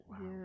Wow